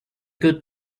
good